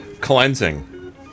cleansing